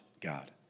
God